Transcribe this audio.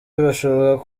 birashoboka